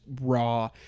raw